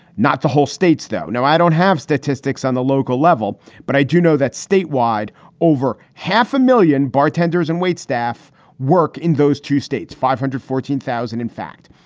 not the whole states, though. now, i don't have statistics on the local level, but i do know that statewide over half a million bartenders and waitstaff work in those two states. five hundred fourteen thousand, in fact.